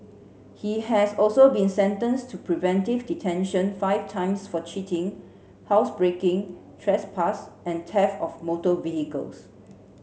he has also been sentenced to preventive detention five times for cheating housebreaking trespass and theft of motor vehicles